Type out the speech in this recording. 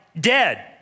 dead